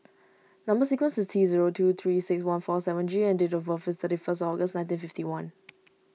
Number Sequence is T zero two three six one four seven G and date of birth is thirty first August nineteen fifty one